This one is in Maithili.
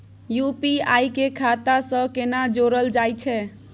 यु.पी.आई के खाता सं केना जोरल जाए छै?